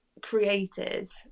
creators